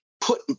put—